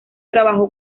trabajó